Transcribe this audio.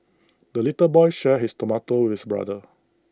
the little boy shared his tomato with brother